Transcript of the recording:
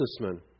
businessman